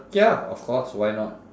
ya of course why not